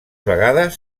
vegades